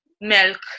milk